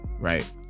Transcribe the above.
right